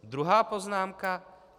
Druhá poznámka.